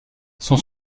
sont